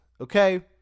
okay